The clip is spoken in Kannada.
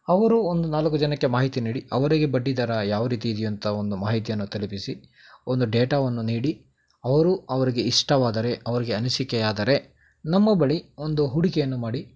ಅವರು ಒಂದು ನಾಲ್ಕು ಜನಕ್ಕೆ ಮಾಹಿತಿ ನೀಡಿ ಅವರಿಗೆ ಬಡ್ಡಿದರ ಯಾವ ರೀತಿ ಇದೆಯಂತ ಒಂದು ಮಾಹಿತಿಯನ್ನು ತಲುಪಿಸಿ ಒಂದು ಡೇಟಾವನ್ನು ನೀಡಿ ಅವರು ಅವ್ರಿಗೆ ಇಷ್ಟವಾದರೆ ಅವ್ರಿಗೆ ಅನಿಸಿಕೆ ಆದರೆ ನಮ್ಮ ಬಳಿ ಒಂದು ಹೂಡಿಕೆಯನ್ನು ಮಾಡಿ